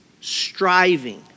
striving